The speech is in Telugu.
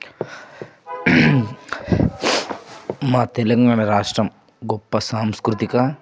మా తెలంగాణ రాష్ట్రం గొప్ప సాంస్కృతిక